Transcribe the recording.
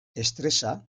estresa